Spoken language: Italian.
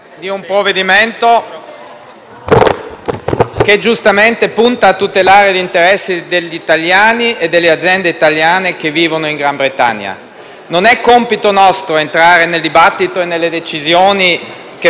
che giustamente punta a tutelare gli interessi degli italiani e delle aziende italiane che vivono in Gran Bretagna. Non è nostro compito entrare nel dibattito e nelle decisioni che prenderà un altro Paese; tuttavia,